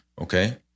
okay